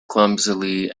clumsily